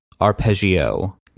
Arpeggio